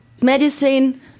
medicine